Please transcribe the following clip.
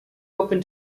open